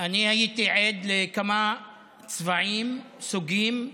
אני הייתי עד לכמה צבעים, סוגים,